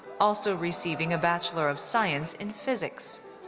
also receiving a bachelor of science in phsyics.